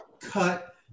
cut